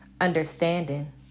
understanding